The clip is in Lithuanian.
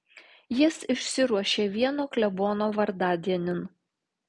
jis išsiruošė vieno klebono vardadienin